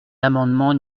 l’amendement